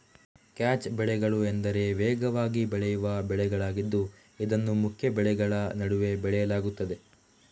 catch ಬೆಳೆಗಳು ಎಂದರೆ ವೇಗವಾಗಿ ಬೆಳೆಯುವ ಬೆಳೆಗಳಾಗಿದ್ದು ಇದನ್ನು ಮುಖ್ಯ ಬೆಳೆಗಳ ನಡುವೆ ಬೆಳೆಯಲಾಗುತ್ತದೆ